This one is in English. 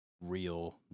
real